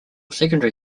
secondary